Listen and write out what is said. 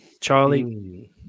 Charlie